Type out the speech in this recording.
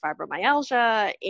fibromyalgia